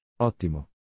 Ottimo